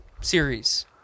series